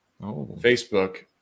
Facebook